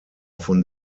von